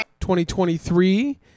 2023